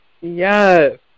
Yes